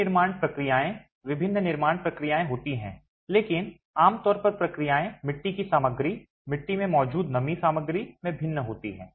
विनिर्माण प्रक्रियाएं विभिन्न निर्माण प्रक्रियाएं होती हैं लेकिन आमतौर पर प्रक्रियाएं मिट्टी की सामग्री मिट्टी में मौजूद नमी सामग्री में भिन्न होती हैं